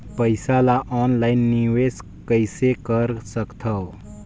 पईसा ल ऑनलाइन निवेश कइसे कर सकथव?